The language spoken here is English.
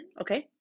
okay